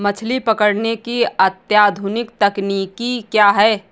मछली पकड़ने की अत्याधुनिक तकनीकी क्या है?